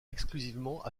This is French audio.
exclusivement